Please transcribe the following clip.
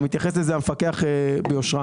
גם המפקח התייחס לזה ביושרה